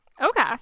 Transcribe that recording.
Okay